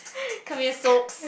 come here socks